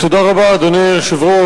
תודה רבה, אדוני היושב-ראש.